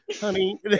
honey